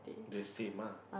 the same ah